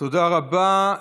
תודה רבה.